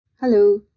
Hello